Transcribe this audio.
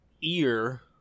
ear